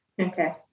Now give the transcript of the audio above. Okay